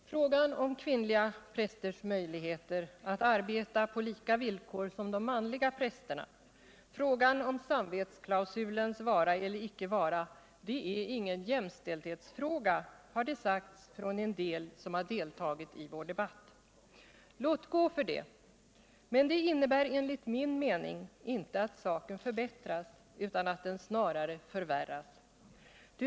Herr talman! Frågan om kvinnliga prästers möjligheter att arbeta på lika villkor som de manliga prästerna, frågan om samvetsklausulens vara eller icke vara, är ingen jämställdhetsfråga har somliga som deltagit i debatten sagt. Låt gå för det, men det innebär enligt min mening inte att saken förbättras utan att den snarare förvärras.